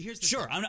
Sure